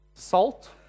Salt